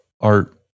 art